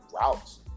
routes